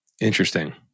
Interesting